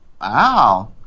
Wow